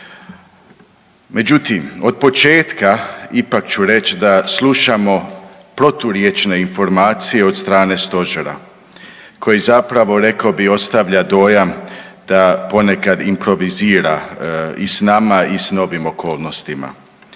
Međutim, od početka, ipak ću reći da slušamo proturječne informacije od strane Stožera koji zapravo, rekao bih, ostavlja dojam da ponekad improvizira i s nama i s novim okolnostima.